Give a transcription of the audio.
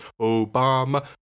Obama